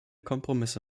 kompromisse